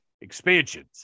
expansions